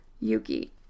Yuki